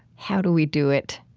how do we do it?